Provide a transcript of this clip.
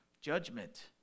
Judgment